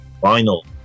Final